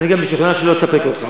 אני גם משוכנע שהיא לא תספק אותך.